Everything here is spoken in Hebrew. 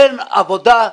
אין עבודה,